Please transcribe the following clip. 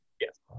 Yes